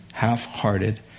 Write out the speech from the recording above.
half-hearted